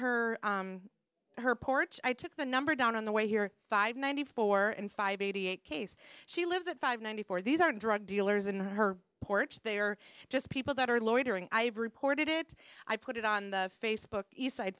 her her porch i took the number down on the way here five ninety four and five eighty eight case she lives at five ninety four these are drug dealers in her porch they are just people that are loitering i've reported it i put it on the facebook